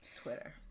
Twitter